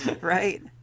Right